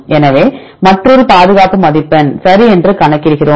எனவே மற்றொரு பாதுகாப்பு மதிப்பெண் சரி என்று கணக்கிடுகிறோம்